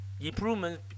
improvement